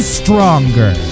stronger